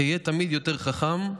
אהיה תמיד יותר חכם,